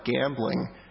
gambling